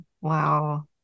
Wow